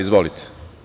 Izvolite.